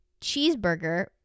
cheeseburger